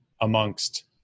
amongst